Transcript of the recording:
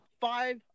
five